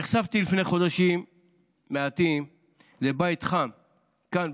נחשפתי לפני חודשים מעטים לבית חם כאן,